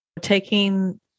taking